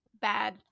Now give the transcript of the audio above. bad